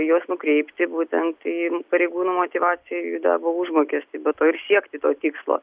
juos nukreipti būtent į pareigūnų motyvaciją jų darbo užmokestį be to ir siekti to tikslo